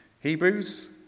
Hebrews